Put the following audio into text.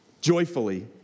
joyfully